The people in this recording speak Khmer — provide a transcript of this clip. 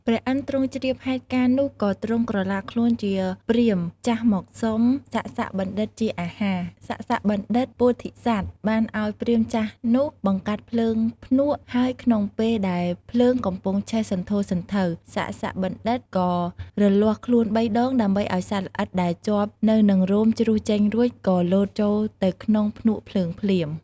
ព្រះឥន្ទទ្រង់ជ្រាបហេតុការណ៍នោះក៏ទ្រង់ ក្រឡាខ្លួន ជាព្រាហ្មណ៍ចាស់មកសុំ សសបណ្ឌិតជាអាហារ សសបណ្ឌិតពោធិសត្វ បានឲ្យព្រានចាស់នោះបង្កាត់ភ្លើងភ្នក់ហើយក្នុងពេលដែលភ្លើងកំពុងឆេះសន្ធោសន្ធៅ សសបណ្ឌិតក៏រលាស់ខ្លួន៣ដងដើម្បីឲ្យសត្វល្អិតដែលជាប់នៅនិងរោមជ្រុះចេញរួចក៏លោតចូលទៅក្នុងភ្នក់ភ្លើងភ្លាម។